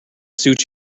suit